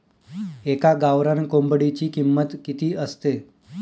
एका गावरान कोंबडीची किंमत किती असते?